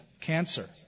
cancer